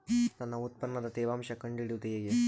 ನನ್ನ ಉತ್ಪನ್ನದ ತೇವಾಂಶ ಕಂಡು ಹಿಡಿಯುವುದು ಹೇಗೆ?